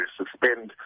suspend